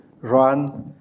run